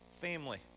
Family